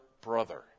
brother